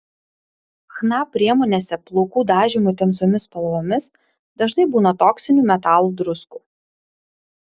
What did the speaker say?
chna priemonėse plaukų dažymui tamsiomis spalvomis dažnai būna toksinių metalų druskų